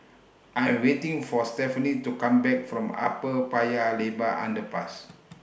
I Am waiting For Stefanie to Come Back from Upper Paya Lebar Underpass